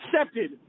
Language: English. accepted